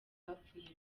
bapfuye